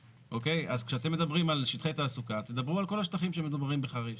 אז כשאתם מדברים על שטחי תעסוקה תדברו על כל השטחים שמדברים על חריש.